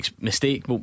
mistake